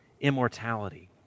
immortality